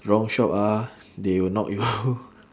wrong shop ah they will knock you